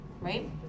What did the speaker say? Right